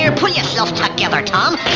ah pull yourself together, tom.